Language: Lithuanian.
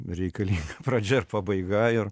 reikalinga pradžia ir pabaiga ir